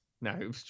no